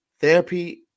Therapy